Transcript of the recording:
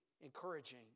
encouraging